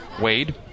Wade